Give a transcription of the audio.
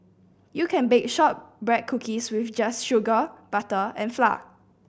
you can bake shortbread cookies with just sugar butter and flour